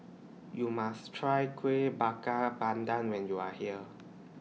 YOU must Try Kueh Bakar Pandan when YOU Are here